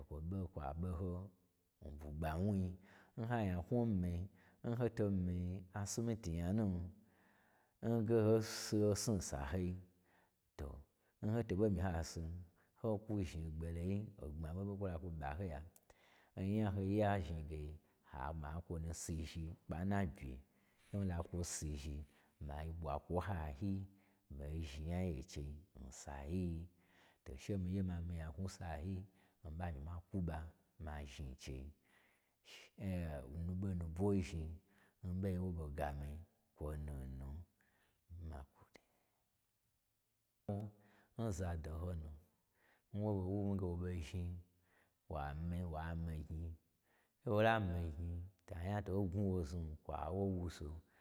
O kwo ɓo kwa ɓoho n bwugba wnuyi n ha nya knwu mi-i, n ho to mi-i a simiti nyanu, n ge ho si os nu n sahoi, to n ho to ɓo nyi ha sin, ho kwu zhni gboloyi, ogbma ɓo ɓe kwo la nyaknwu ɓa hoya. O nya n ho ya zhni ge ha ma kwa nu si zhi kpa n nabye, n ho la kwo sizhi, mai ɓwa kwo n hayo, mii zhni nya gye n chei n sa yi-i. To che mii ye ma mi-i nyaknwu n sa yi, mii ɓa myi ma kwu ɓa ma zhnin chei, shen a mii ɓo nubwo zhni, n ɓoi nwo ɓo gamii kwonu nu, ma gwode nzado honu nwo ɓo wu mii ge wo ɓo zhni wa mi-i wa mi-i gnyi n wola mi-i gnyi to a nya to ɓo gnwu wo znu kwa wo wu so.